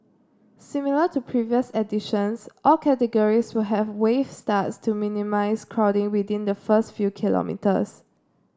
similar to previous editions all categories will have wave starts to minimise crowding within the first few kilometres